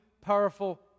powerful